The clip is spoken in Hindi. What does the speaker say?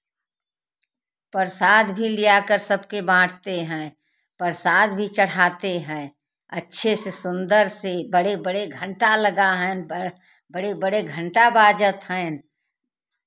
प्रसाद भी ला कर सबके बनते हैं प्रसाद भी चढ़ाते हैं अच्छे से सुंदर से बड़े बड़े घंटा लगा है बड़े बड़े घंटा बाजत हैं